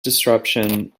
disruption